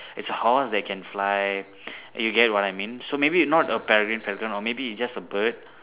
it's a horse that can fly you get what I mean so maybe not a peregrine falcon or maybe it's just a bird